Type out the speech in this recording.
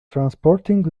transporting